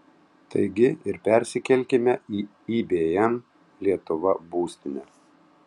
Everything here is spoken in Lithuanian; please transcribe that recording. taigi ir persikelkime į ibm lietuva būstinę